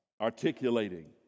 articulating